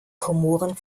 komoren